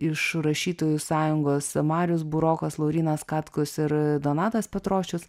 iš rašytojų sąjungos marius burokas laurynas katkus ir donatas petrošius